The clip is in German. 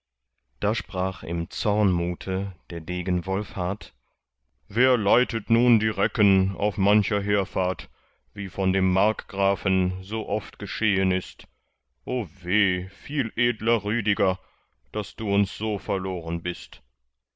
da sprach im zornmute der degen wolfhart wer leitet nun die recken auf mancher heerfahrt wie von dem markgrafen so oft geschehen ist o weh viel edler rüdiger daß du uns so verloren bist